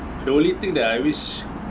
the only thing that I wish